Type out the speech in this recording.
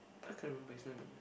I can't remember is not in my mind